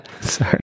sorry